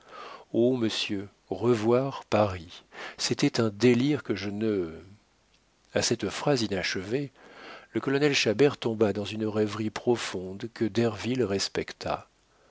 oh monsieur revoir paris c'était un délire que je ne a cette phrase inachevée le colonel chabert tomba dans une rêverie profonde que derville respecta